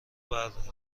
بردار